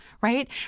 right